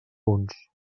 punts